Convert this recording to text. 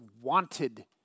wanted